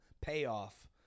payoff